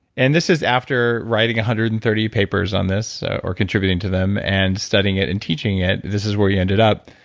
and this is after writing one hundred and thirty papers on this or contributing to them, and studying it and teaching it. this is where you ended up.